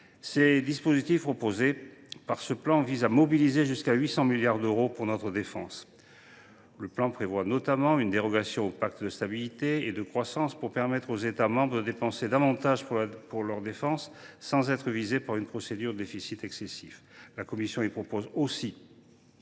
Les dispositifs proposés dans ce plan visent à mobiliser jusqu’à 800 milliards d’euros pour notre défense. Le plan prévoit notamment une dérogation au pacte de stabilité et de croissance qui permettra aux États membres de dépenser davantage pour leur défense sans être visés par une procédure de déficit public excessif. Afin de financer les